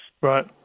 Right